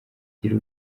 ngira